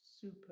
super